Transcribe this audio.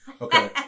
okay